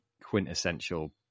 quintessential